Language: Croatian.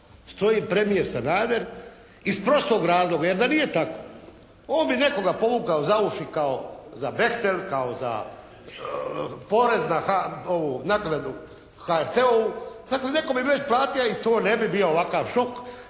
stoji premijer Sanader iz prostog razloga. Jer da nije tako, on bi nekoga povukao za uši kao za "Bechtel", kao za porez, za naknadu HRT-ovu. Dakle, netko bi već platio i to ne bi bio ovakav šok.